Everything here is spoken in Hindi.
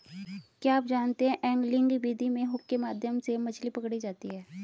क्या आप जानते है एंगलिंग विधि में हुक के माध्यम से मछली पकड़ी जाती है